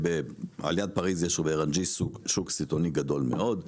על יד פריז, יש שוק סיטונאי גדול מאוד.